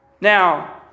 Now